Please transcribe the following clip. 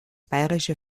bayerische